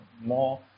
more